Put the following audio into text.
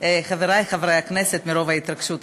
חברַי חברֵי הכנסת, מרוב ההתרגשות כנראה.